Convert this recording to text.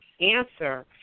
answer